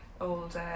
old